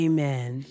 Amen